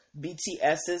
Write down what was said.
BTS's